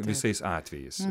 visais atvejais